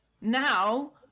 now